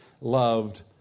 loved